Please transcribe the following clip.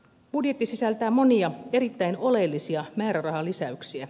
budjetti sisältää monia erittäin oleellisia määrärahalisäyksiä